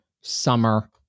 summer